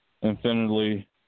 infinitely